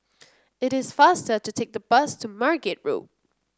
it is faster to take the bus to Margate Road